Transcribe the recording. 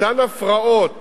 אותן הפרעות